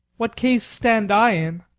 what case stand i in?